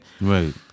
Right